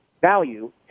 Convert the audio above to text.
value